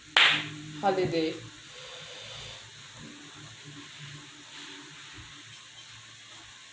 holiday